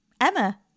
Emma